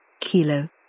Kilo